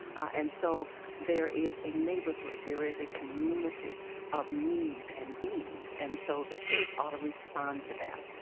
and so there is a neighborhood, there is a community of needs and beings and so the church ought to respond to that.